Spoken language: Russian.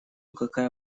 какая